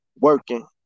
working